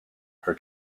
her